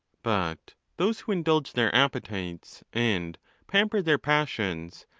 but those who indulge their appetites and pamper their passions,